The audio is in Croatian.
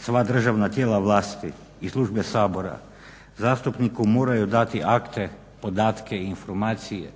sva državna tijela vlasti i službe Sabora zastupniku moraju dati akte, podatke i informacije